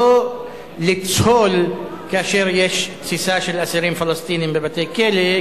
לא לצהול כאשר יש תסיסה של אסירים פלסטינים בבתי-כלא,